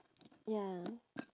ya